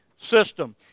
system